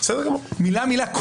מילה-מילה,